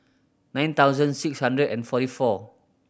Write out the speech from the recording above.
nine thousand six hundred and forty four